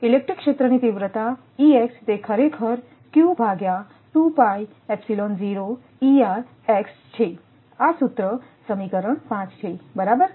electric ક્ષેત્રની તીવ્રતા તે ખરેખર છે આ સૂત્ર સમીકરણ 5 છે બરાબર